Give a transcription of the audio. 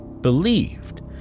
believed